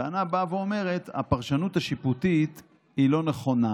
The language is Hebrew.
הטענה באה ואומרת: הפרשנות השיפוטית לא נכונה,